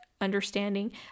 understanding